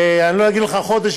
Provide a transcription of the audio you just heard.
אני לא אגיד לך חודש,